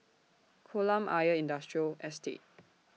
Kolam Ayer Industrial Estate